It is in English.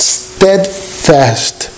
steadfast